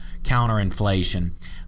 counterinflation